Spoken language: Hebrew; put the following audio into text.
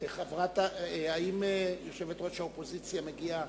האם יושבת-ראש האופוזיציה מגיעה?